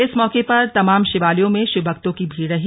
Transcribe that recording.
इस मौके पर तमाम शिवालयों में शिवभक्तों की भीड़ रही